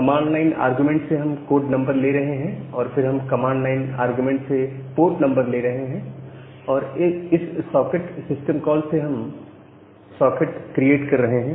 command line argument से हम code number ले रहे हैं और फिर हम कमांड लाइन आरग्यूमेंट से पोर्ट नंबर ले रहे हैं और इस सॉकेट सिस्टम कॉल से हम सॉकेट क्रिएट कर रहे हैं